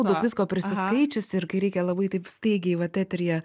daug visko prisiskaičius ir kai reikia labai taip staigiai vat eteryje